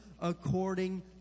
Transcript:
according